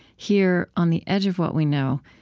here, on the edge of what we know,